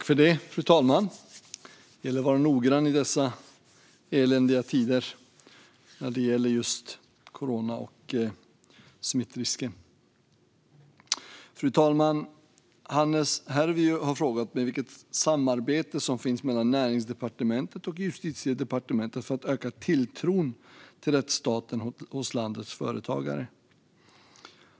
Fru talman! Hannes Hervieu har frågat mig vilket samarbete som finns mellan Näringsdepartementet och Justitiedepartementet för att öka tilltron till rättsstaten hos landets företagare.